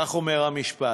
כך אומר המשפט,